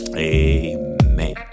Amen